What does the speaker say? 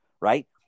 right